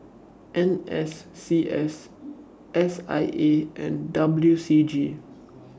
N S C S S I A and W C G